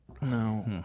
No